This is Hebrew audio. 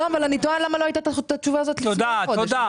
אני תוהה למה לא הייתה התשובה הזאת לפני חודש.